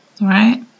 right